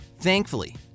Thankfully